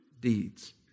deeds